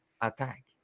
attack